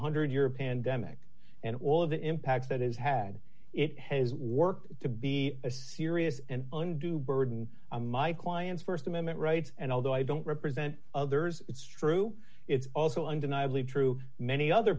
hundred year pandemic and all of the impact that has had it has work to be a serious and undue burden on my clients st amendment rights and although i don't represent others it's true it's also undeniably true many other